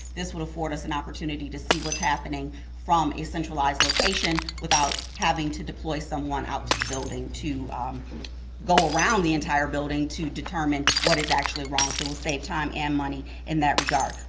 this would afford us an opportunity to see what's happening from a centralized location without having to deploy someone out to the building, to go around the entire building to determine what is actually wrong. so we'll save time and money in that regard.